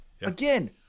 Again